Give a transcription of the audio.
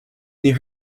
near